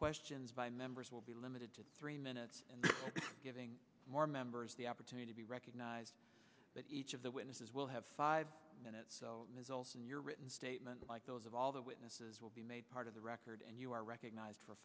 questions by members will be limited to three minutes and giving more members the opportunity to be recognized but each of the witnesses will have five minutes ms olson your written statement like those of all the witnesses will be made part of the record and you are recognized for